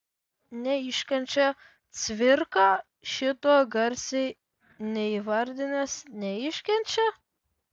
neiškenčia cvirka šito garsiai neįvardinęs neiškenčia